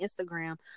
Instagram